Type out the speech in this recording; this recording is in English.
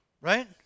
Right